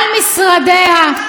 על משרדיה,